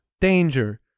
danger